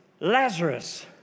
Lazarus